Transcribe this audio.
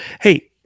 Hey